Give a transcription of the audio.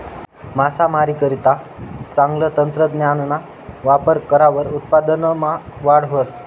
मासामारीकरता चांगलं तंत्रज्ञानना वापर करावर उत्पादनमा वाढ व्हस